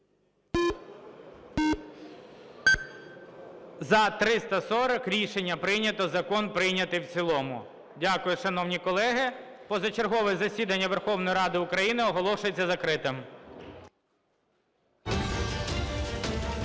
За-340 Рішення прийнято. Закон прийнятий в цілому. Дякую, шановні колеги. Позачергове засідання Верховної Ради України оголошується закритим.